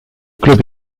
club